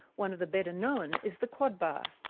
one of the better known is the quad bar.